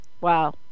wow